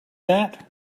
that